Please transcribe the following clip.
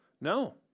No